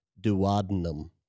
duodenum